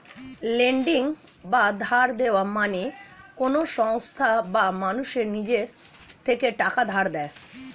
lending বা ধার দেওয়া মানে কোন সংস্থা বা মানুষ নিজের থেকে টাকা ধার দেয়